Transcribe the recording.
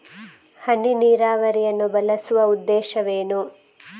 ಹನಿ ನೀರಾವರಿಯನ್ನು ಬಳಸುವ ಉದ್ದೇಶವೇನು?